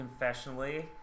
confessionally